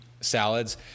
salads